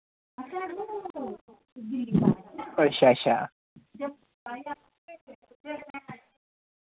अच्छा अच्छा